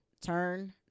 turn